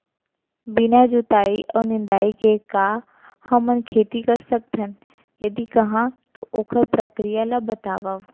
बिना जुताई अऊ निंदाई के का हमन खेती कर सकथन, यदि कहाँ तो ओखर प्रक्रिया ला बतावव?